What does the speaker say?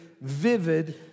vivid